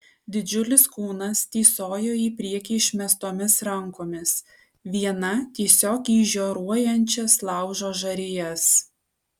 didžiulis kūnas tįsojo į priekį išmestomis rankomis viena tiesiog į žioruojančias laužo žarijas